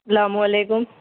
اسلام و علیکم